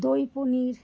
দই পনির